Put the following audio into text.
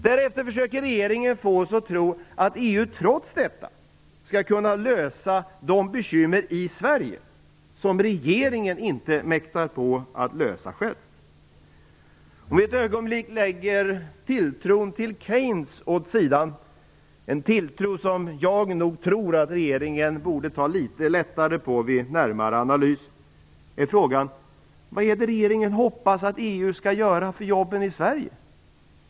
Därefter försöker regeringen få oss att tro att EU trots detta skall kunna lösa de bekymmer i Sverige som regeringen själv inte mäktar lösa. Om vi för ett ögonblick så att säga lägger åt sidan tilltron till Keynes - en tilltro som regeringen, det framgår av en närmare analys, nog borde ta litet lättare på - kan man fråga sig: Vad är det regeringen hoppas att EU skall göra för jobben i Sverige?